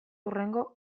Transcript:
hurrengo